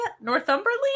Northumberland